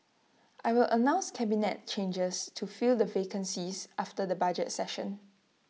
I will announce cabinet changes to fill the vacancies after the budget session